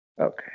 Okay